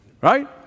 Right